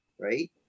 right